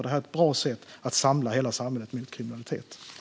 Det är ett bra sätt att samla hela samhället mot kriminalitet.